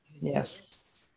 Yes